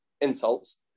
insults